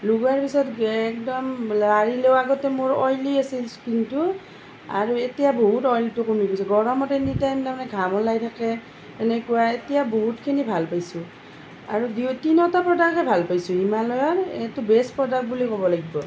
লগোৱাৰ পিছত একদম লাৰি লোৱাৰ আগতে মোৰ অইলী আছিল স্কীনটো আৰু এতিয়া বহুত অইলটো কমি গৈছে গৰমতে এনিটাইম তাৰমানে ঘাম ওলাই থাকে এনেকুৱা এতিয়া বহুতখিনি ভাল পাইছোঁ আৰু দু তিনিওটা প্ৰডাক্টেই ভাল পাইছোঁ হিমালয়াৰ এইটো বেষ্ট প্ৰডাক্ট বুলি ক'ব লাগিব